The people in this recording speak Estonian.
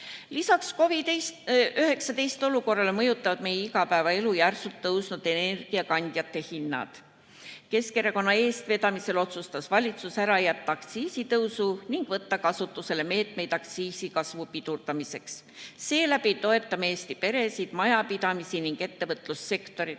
Lisaks COVID-19 olukorrale mõjutavad meie igapäevaelu järsult tõusnud energiakandjate hinnad. Keskerakonna eestvedamisel otsustas valitsus ära jätta aktsiisitõusu ning võtta kasutusele meetmeid aktsiisi kasvu pidurdamiseks. Seeläbi toetame Eesti peresid, majapidamisi ning ettevõtlussektorit.